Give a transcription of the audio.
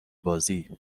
بازی